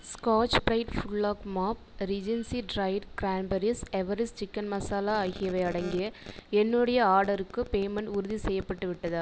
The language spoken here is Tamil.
Scotch Brite food lock mop Regency dried cranberries Everest chicken masala ஆகியவை அடங்கிய என்னுடைய ஆடருக்கு பேமெண்ட் உறுதிசெய்யப்பட்டுவிட்டதா